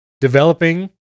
developing